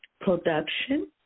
Production